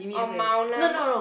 oh mount lah mou~